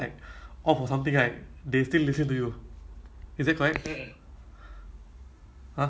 no I mean macam mana nak nak tahu that whether they are listening to you or not